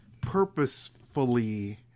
purposefully